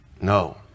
No